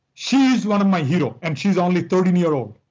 she is one of my hero, and she's only thirteen years old.